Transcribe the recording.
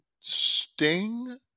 Sting